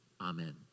amen